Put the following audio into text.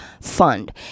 fund